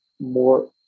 More